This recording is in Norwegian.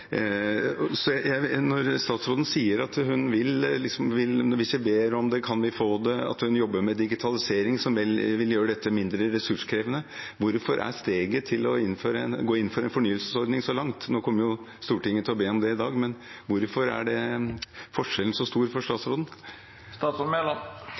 Når statsråden sier at hvis vi ber om det, kan vi få det, og at hun jobber med digitalisering, som vel vil gjøre dette mindre ressurskrevende – hvorfor er steget til å gå inn for en fornyelsesordning så langt? Nå kommer jo Stortinget til å be om det i dag, men hvorfor er forskjellen så stor for